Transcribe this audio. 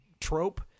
trope